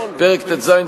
פרק ט"ז,